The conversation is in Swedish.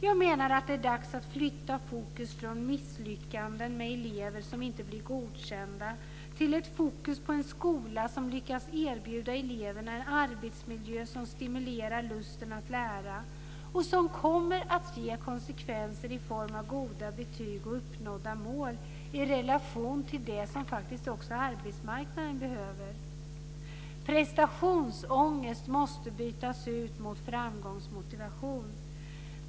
Jag menar att det är dags att flytta fokus från misslyckanden med elever som inte blir godkända till ett fokus på en skola som lyckas erbjuda eleverna en arbetsmiljö som stimulerar lusten att lära och som kommer att ge konsekvenser i form av goda betyg och uppnådda mål i relation till det som arbetsmarknaden faktiskt behöver. Prestationsångest måste bytas ut mot framgångsmotivation.